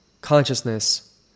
consciousness